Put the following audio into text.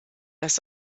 das